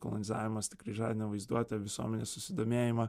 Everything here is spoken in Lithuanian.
kolonizavimas tikrai žadina vaizduotę visuomenės susidomėjimą